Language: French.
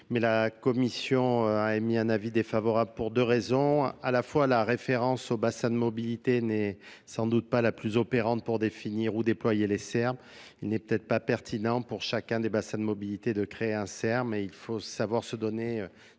mais la Commission a émis un avis défavorable pour deux raisons à la fois. La référence au bassin de mobilité n'est sans doute pas la plus opérante pour définir où déployer il n'est peut être pas pertinent pour chacun des bassins de mobilité de créer un terme, il faut savoir se donner des